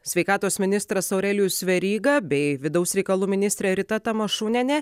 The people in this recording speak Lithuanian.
sveikatos ministras aurelijus veryga bei vidaus reikalų ministrė rita tamašunienė